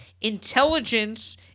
Intelligence